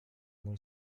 mój